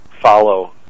follow